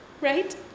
Right